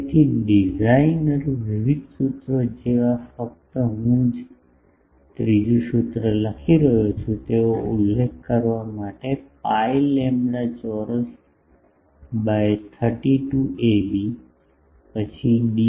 તેથી ડિઝાઇનર વિવિધ સૂત્રો જેવા ફક્ત હું જ ત્રીજું સૂત્ર લખી રહ્યો છું તેનો ઉલ્લેખ કરવા માટે પાઇ લેમ્બડા ચોરસ બાય 32 એબીપછી ડી